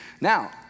Now